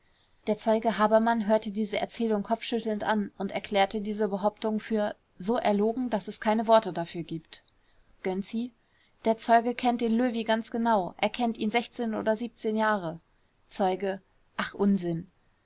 der zeuge habermann hörte diese erzählung kopfschüttelnd an und erklärte diese behauptungen für so erlogen daß es keine worte dafür gibt gönczi der zeuge kennt den löwy ganz genau er kennt ihn oder jahre zeuge ach unsinn